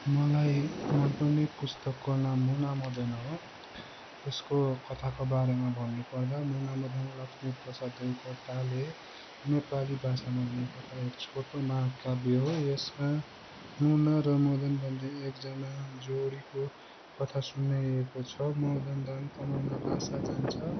मलाई मनपर्ने पुस्तकको नाम मुना मदन हो यसको कथाको बारेमा भन्नुपर्दा मुना मदन लक्ष्मीप्रसाद देवकोटाले नेपाली भाषामा लेखेका एक छोटो महाकाव्य हो यसमा मुना र मदन भन्ने एकजना जोडीको कथा सुनाइएको छ मदन धन कमाउन ल्हासा जान्छ